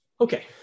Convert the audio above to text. Okay